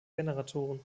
generatoren